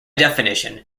definition